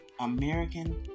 American